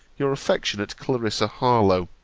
your affectionate, clarissa harlowe.